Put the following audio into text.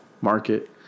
market